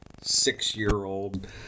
six-year-old